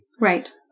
Right